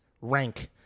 rank